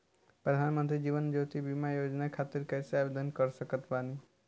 प्रधानमंत्री जीवन ज्योति बीमा योजना खातिर कैसे आवेदन कर सकत बानी?